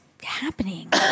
happening